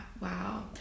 Wow